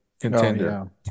contender